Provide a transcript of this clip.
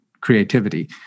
creativity